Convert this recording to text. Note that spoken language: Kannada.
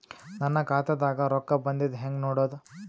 ನನ್ನ ಖಾತಾದಾಗ ರೊಕ್ಕ ಬಂದಿದ್ದ ಹೆಂಗ್ ನೋಡದು?